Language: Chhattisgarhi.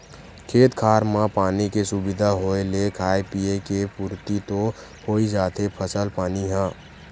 खेत खार म पानी के सुबिधा होय ले खाय पींए के पुरति तो होइ जाथे फसल पानी ह